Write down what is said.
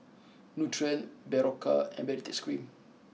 Nutren Berocca and Baritex Cream